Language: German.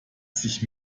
sich